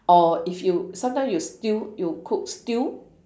or if you sometimes you stew you cook stew